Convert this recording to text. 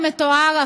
כמתואר,